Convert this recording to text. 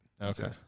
Okay